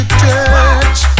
touch